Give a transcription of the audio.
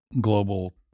global